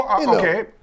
Okay